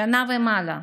שנה ומעלה.